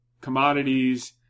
commodities